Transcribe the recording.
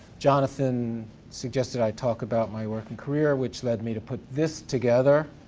jonathan suggested i talk about my working career which led me to put this together.